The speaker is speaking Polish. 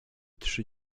trzy